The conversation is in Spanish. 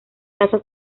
tasas